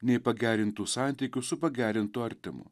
nei pagerintų santykių su pagerintu artimu